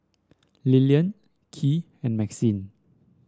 Lilian Kylee and Maxine